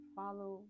follow